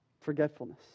Forgetfulness